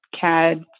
CAD